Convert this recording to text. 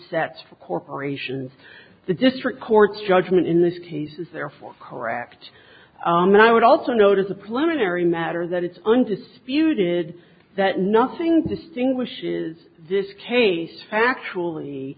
for corporations the district court's judgment in this case is therefore correct and i would also note as the planetary matter that it's undisputed that nothing distinguishes this case factually